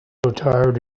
tired